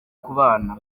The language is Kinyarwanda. kubana